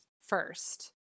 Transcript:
first